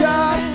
God